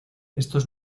estos